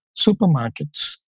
supermarkets